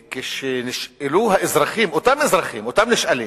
כשנשאלו האזרחים, אותם אזרחים, אותם נשאלים,